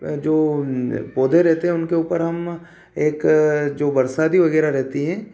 जो पौधे रहते हैं उनके ऊपर हम एक जो बरसाती वगैरह रहती हैं